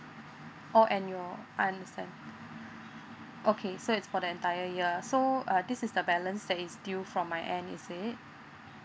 oh and your I understand okay so it's for the entire year so uh this is the balance that is due from my end is it